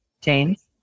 James